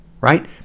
right